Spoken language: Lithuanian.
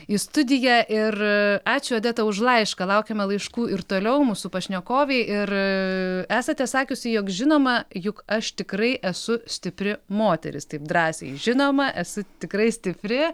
į studiją ir ačiū odeta už laišką laukiame laiškų ir toliau mūsų pašnekovei ir esate sakiusi jog žinoma juk aš tikrai esu stipri moteris taip drąsiai žinoma esu tikrai stipri